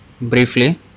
briefly